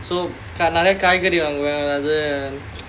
so நிறைய காய்கறி வாங்குவேன் அதாவது:niraiya kaikaari vaanguvaen adhaavathu